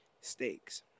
Stakes